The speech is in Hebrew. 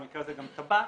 במקרה הזה גם טבק,